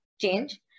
change